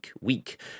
week